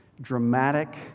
dramatic